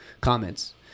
comments